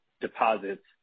deposits